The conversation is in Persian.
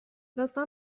لطفا